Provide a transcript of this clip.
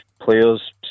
players